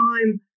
time